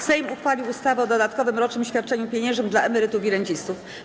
Sejm uchwalił ustawę o dodatkowym rocznym świadczeniu pieniężnym dla emerytów i rencistów.